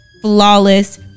flawless